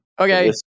Okay